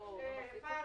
ילך להליך של חקיקה וזהו.